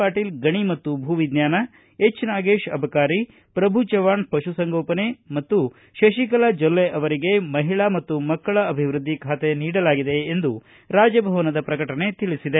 ಪಾಟೀಲ್ ಗಣಿ ಮತ್ತು ಭೂವಿಜ್ವಾನ ಹೆಚ್ ನಾಗೇಶ್ ಅಬಕಾರಿ ಪ್ರಭು ಚೌಹಾಣ್ ಪಶು ಸಂಗೋಪನೆ ಮತ್ತು ಶಶಿಕಲಾ ಜೊಲ್ಲೆ ಅವರಿಗೆ ಮಹಿಳಾ ಮತ್ತು ಮಕ್ಕಳ ಅಭಿವೃದ್ಲಿ ಖಾತೆ ನೀಡಲಾಗಿದೆ ಎಂದು ರಾಜಭವನದ ಪ್ರಕಟಣೆ ತಿಳಿಸಿದೆ